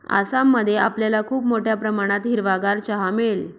आसाम मध्ये आपल्याला खूप मोठ्या प्रमाणात हिरवागार चहा मिळेल